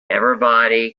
everybody